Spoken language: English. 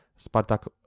Spartak